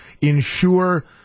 ensure